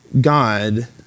God